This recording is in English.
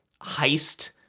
heist